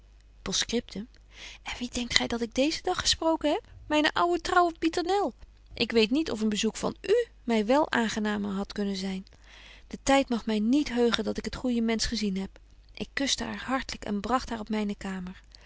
en wie denkt gy dat ik deezen dag gesproken heb myne ouwe trouwe pieternel ik weet niet of een bezoek van u my wel aangenamer hadt kunnen zyn de tyd mag my niet heugen dat ik het goeje mensch gezien heb ik kuste haar hartlyk en bragt haar op myne kamer